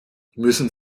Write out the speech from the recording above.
müssen